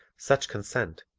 such consent,